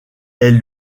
elle